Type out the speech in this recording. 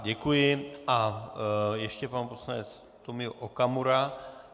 Děkuji a ještě pan poslanec Tomio Okamura.